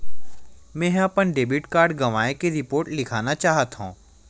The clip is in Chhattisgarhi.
मेंहा अपन डेबिट कार्ड गवाए के रिपोर्ट लिखना चाहत हव